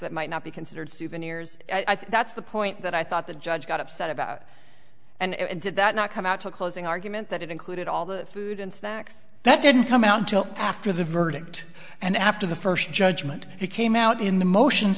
that might not be considered souvenirs i think that's the point that i thought the judge got upset about and did that not come out to a closing argument that it included all the food and snacks that didn't come out until after the verdict and after the first judgment he came out in the motions